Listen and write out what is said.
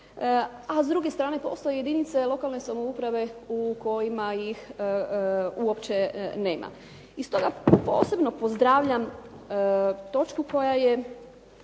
A s druge strane postoje jedinice lokalne samouprave u kojima ih uopće nema. I stoga posebno pozdravljam točku 7 iz